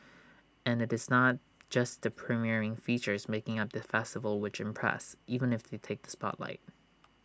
and IT is not just the premiering features making up the festival which impress even if they takes the spotlight